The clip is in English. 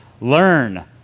Learn